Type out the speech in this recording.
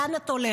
לאן את הולכת?